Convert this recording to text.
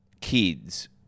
kids